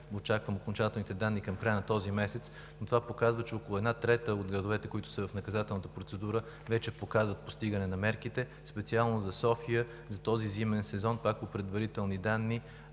очаквам окончателните данни към края на този месец. Това показва, че около една трета от градовете, които са в наказателната процедура, вече показват постигане на мерките. Специално за София за този зимен сезон, пак по предварителни данни,